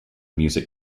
music